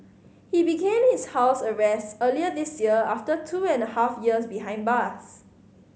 he began his house arrest earlier this year after two and a half years behind bars